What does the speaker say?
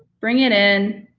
bring it in.